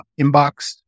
inbox